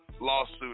Lawsuit